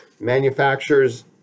manufacturers